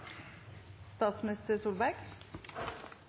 statsminister Solberg